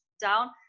down